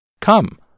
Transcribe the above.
Come